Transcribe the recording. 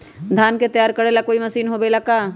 धान के तैयार करेला कोई मशीन होबेला का?